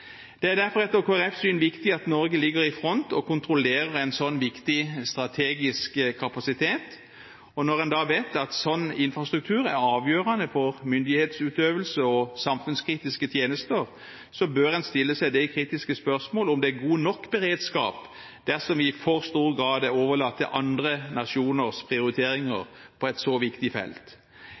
Det er derfor etter Kristelig Folkepartis syn viktig at Norge ligger i front og kontrollerer en slik, viktig strategisk kapasitet. Når en vet at slik infrastruktur er avgjørende for myndighetsutøvelse og samfunnskritiske tjenester, bør en stille seg det kritiske spørsmålet om det er god nok beredskap, dersom vi i for stor grad er overlatt til andre nasjoners prioriteringer på et så viktig felt.